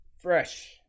Fresh